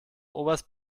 oberst